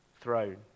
throne